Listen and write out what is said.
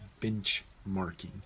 benchmarking